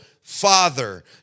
Father